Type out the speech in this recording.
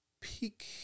Peak